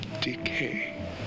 decay